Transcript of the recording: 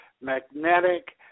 magnetic